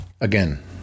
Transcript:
again